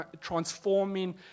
transforming